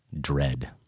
dread